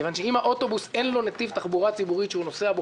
כיוון שאם לאוטובוס אין נתיב תחבורה ציבורית שהוא נוסע בו